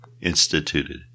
instituted